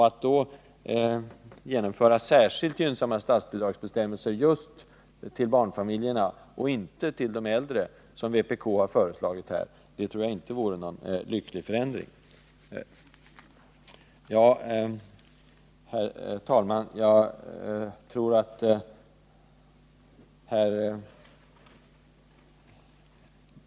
Att då genomföra särskilt gynnsamma statsbidragsbestämmelser just för hemhjälp åt barnfamiljerna och inte till de äldre, som vpk har föreslagit, tror jag inte vore någon lycklig förändring. Herr talman!